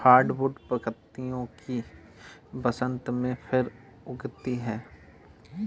hardwood की पत्तियां बसन्त में फिर उगती हैं